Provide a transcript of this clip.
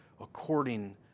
according